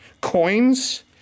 coins